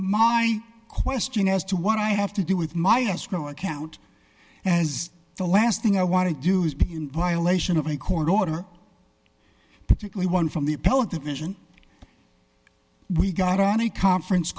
my question as to what i have to do with my escrow account as the last thing i want to do is be in violation of a court order particularly one from the appellate division we got on a conference